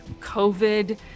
COVID